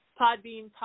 Podbean